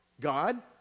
God